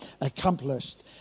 accomplished